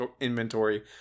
inventory